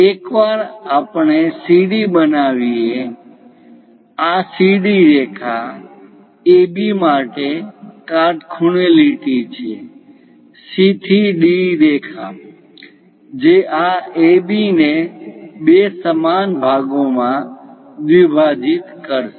એકવાર આપણે CD બનાવી એ આ CD રેખા AB માટે કાટખૂણે લીટી છે C થી D રેખા જે આ AB ને બે સમાન ભાગોમાં દ્વિભાજિત કરશે